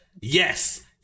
Yes